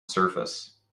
surface